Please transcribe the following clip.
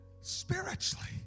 Spiritually